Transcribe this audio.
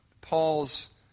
Paul's